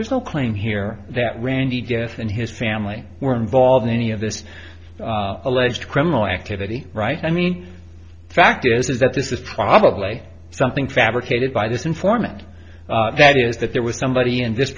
there's no claim here that randy death and his family were involved in any of this alleged criminal activity right i mean the fact is that this is probably something fabricated by this informant that is that there was somebody in this